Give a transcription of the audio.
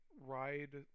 ride